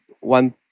one